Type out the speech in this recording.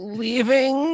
leaving